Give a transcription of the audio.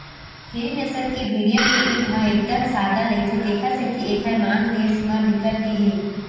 खेरी नसल के भेड़िया के ऊन ह एकदम सादा रहिथे तेखर सेती एकर मांग देस म बिकट के हे